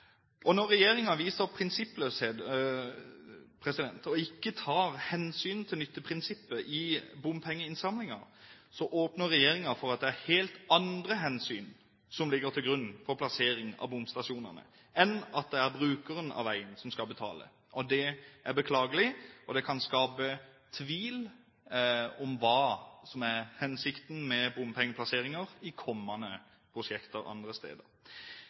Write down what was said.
Når regjeringen viser prinsippløshet og ikke tar hensyn til nytteprinsippet i bompengeinnsamlingen, åpner regjeringen for at det er helt andre hensyn som vil ligge til grunn for plassering av bomstasjonene enn at det er brukerne av veien som skal betale. Det er beklagelig, og det kan skape tvil om hva som er hensikten med bompengeplasseringer i kommende prosjekter andre steder.